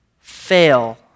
fail